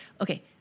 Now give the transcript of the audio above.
okay